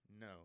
No